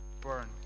burn